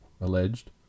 alleged